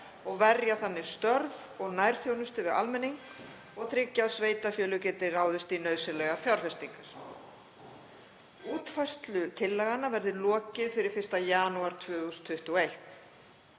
og verja þannig störf og nærþjónustu við almenning og tryggja að sveitarfélög geti ráðist í nauðsynlegar fjárfestingar. Útfærslu tillagna verði lokið fyrir 1. janúar 2021.